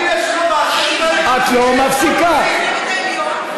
את לא מפסיקה.